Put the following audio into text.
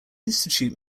institute